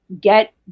Get